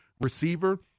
receiver